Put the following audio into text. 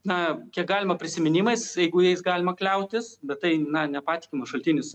na kiek galima prisiminimais jeigu jais galima kliautis bet tai na nepatikimas šaltinis